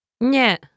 Nie